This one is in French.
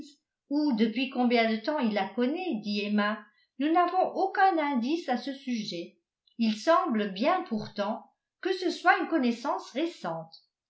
ou depuis combien de temps il la connaît dit emma nous n'avons aucun indice à ce sujet il semble bien pourtant que ce soit une connaissance récente